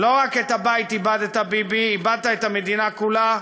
לא רק את הבית איבדת, ביבי, איבדת את המדינה כולה,